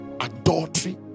Adultery